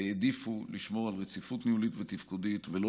העדיפו לשמור על רציפות ניהולית ותפקודית ולא